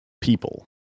people